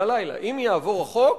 אם יעבור החוק,